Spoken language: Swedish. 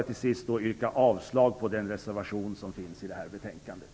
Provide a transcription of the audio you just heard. Till sist vill jag yrka avslag på den reservation som finns till betänkandet.